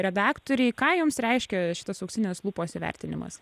redaktorei ką jums reiškia šitas auksinės lupos įvertinimas